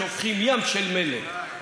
שופכים ים של מלל,